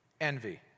Envy